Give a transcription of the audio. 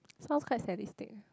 sounds quite sadistic eh